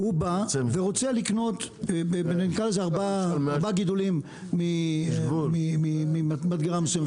הוא בא ורוצה לקנות ארבעה גידולים ממדגרה מסוימת,